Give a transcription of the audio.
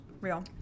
Real